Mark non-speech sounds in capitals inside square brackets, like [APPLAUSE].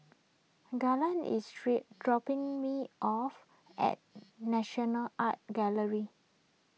Garland is [UNINTELLIGIBLE] dropping [NOISE] me off at National Art Gallery